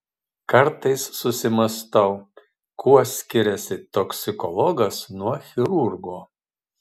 kartais susimąstau kuo skiriasi toksikologas nuo chirurgo